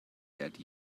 dead